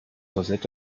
korsett